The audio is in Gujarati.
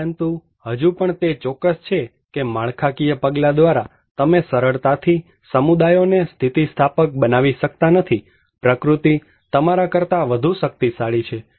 પરંતુ હજુ પણ તે ચોક્કસ છે કે માળખાકીય પગલા દ્વારા તમે સરળતાથી સમુદાયોને સ્થિતિસ્થાપક બનાવી શકતા નથી પ્રકૃતિ તમારા કરતાં વધુ શક્તિશાળી છે